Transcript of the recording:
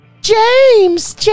James